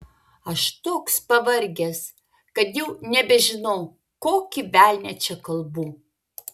aš toks pavargęs kad jau nebežinau kokį velnią čia kalbu